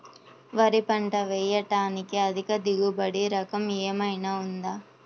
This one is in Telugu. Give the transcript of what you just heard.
వరి పంట వేయటానికి అధిక దిగుబడి రకం ఏమయినా ఉందా?